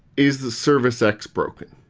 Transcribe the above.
is the service x broken?